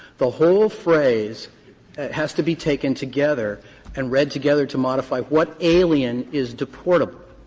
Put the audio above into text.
the whole phrase has to be taken together and read together to modify what alien is deportable.